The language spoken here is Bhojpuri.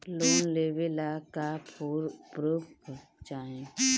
लोन लेवे ला का पुर्फ चाही?